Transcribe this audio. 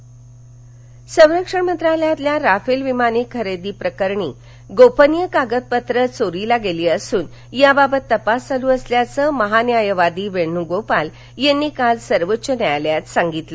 Rafale सर्वोच्च न्यायालय संरक्षण मंत्रालयातील राफेल विमान खरेदी बाबतची गोपनीय कागदपत्र चोरीला गेली असून या बाबत तपास चालू असल्याचं महान्यायवादी वेणू गोपाल यांनी काल सर्वोच्च न्यायालयात सांगितलं